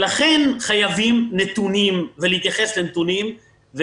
לכן חייבים נתונים ולהתייחס לנתונים.